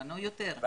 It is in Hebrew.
מ-500.